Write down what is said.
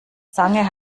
zange